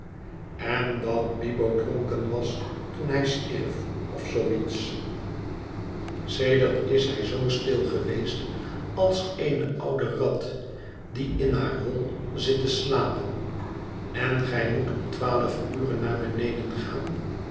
en dat bibo dronken was toen hij stierf of zoo iets sedert is hij zoo stil geweest als eene oude rat die in haar hol zit te slapen en gij moet om twaalf ure naar beneden gaan